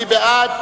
מי בעד?